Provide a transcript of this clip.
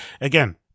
again